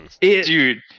Dude